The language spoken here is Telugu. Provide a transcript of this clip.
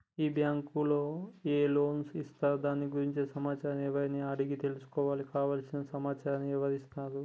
ఈ బ్యాంకులో ఏ లోన్స్ ఇస్తారు దాని గురించి సమాచారాన్ని ఎవరిని అడిగి తెలుసుకోవాలి? కావలసిన సమాచారాన్ని ఎవరిస్తారు?